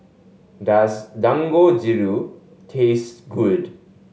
does Dangojiru taste good